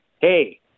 hey